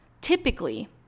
Typically